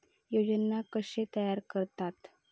योजना कशे तयार करतात?